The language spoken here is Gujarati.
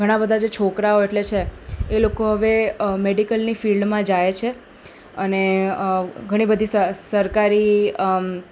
ઘણાબધા જે છોકરાઓ એટલે છે એ લોકો હવે મેડિકલની ફિલ્ડમાં જાય છે અને ઘણીબધી સ સરકારી